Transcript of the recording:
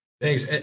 Thanks